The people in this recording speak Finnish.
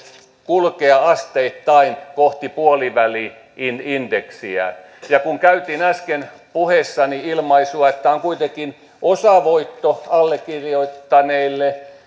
kulkea asteittain kohti puoliväli indeksiä ja kun käytin äsken puheessani ilmaisua että on kuitenkin osavoitto allekirjoittaneelle